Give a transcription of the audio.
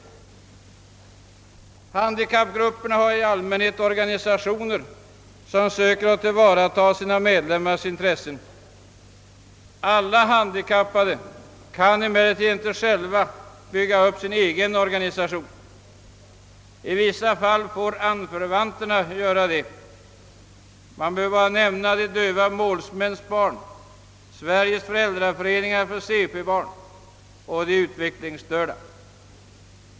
Handikappgrupperna har i allmänhet organisationer som söker tillvarata sina medlemmars intressen. Alla handikappade kan emellertid inte själva bygga upp en organisation åt sig, utan i vissa fall får deras anförvanter göra det. Jag kan här nämna Döva barns målsmän, Sveriges föräldraföreningar för cp-barn, och De utvecklingsstörda.